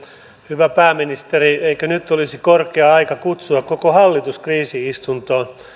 hyvä pääministeri eikö nyt olisi korkea aika kutsua koko hallitus kriisi istuntoon